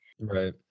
Right